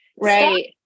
Right